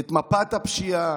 את מפת הפשיעה,